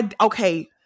Okay